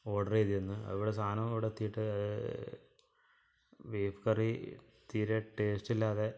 order ചെയ്ത് ഇരുന്ന് അപ്പം ഇവിടെ സാധനമൊന്നും ഇവിടെ എത്തിയിട്ട് ബീഫ് കറി തീരെ ടേസ്റ്റില്ലാതെ